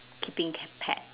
keeping ca~ pet